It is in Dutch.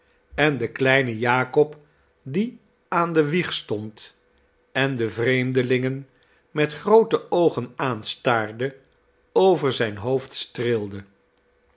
en den kloinen jakob die aan de wieg stond en de vreemdelingen met groote oogen aanstaarde over zijn hoofd